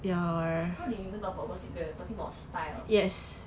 how did we even talk about gossip girl we're talking about style